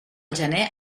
gener